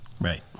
Right